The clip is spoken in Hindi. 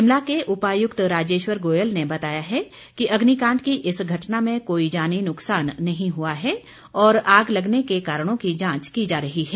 शिमला के उपायुक्त राजेश्वर गोयल ने बताया है कि अग्निकांड की इस घटना में कोई जानी नुकसान नहीं हुआ है और आग लगने के कारणों की जांच की जा रही है